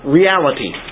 reality